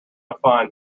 fine